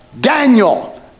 Daniel